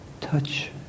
touch